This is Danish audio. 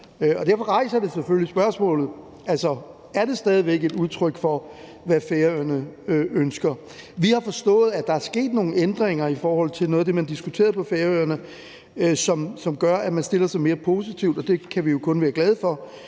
Derfor rejser det selvfølgelig spørgsmålet om, om det stadig væk er et udtryk for, hvad Færøerne ønsker. Vi har forstået, at der sket nogle ændringer i forhold til noget af det, man diskuterede på Færøerne, som gør, at man stiller sig mere positivt, og det kan vi jo kun være glade for.